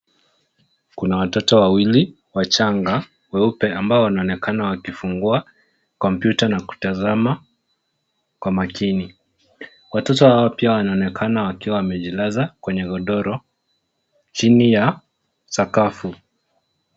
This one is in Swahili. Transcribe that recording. Kuna watoto wawili wachanga weupe ambao wanaonekana wakifungua kompyuta na kutazama kwa makini. Watoto hao pia wanaonekana wakiwa wamejilaza kwenye godoro chini ya sakafu.